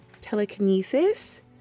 telekinesis